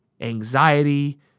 anxiety